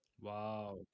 Wow